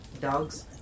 dogs